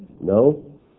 No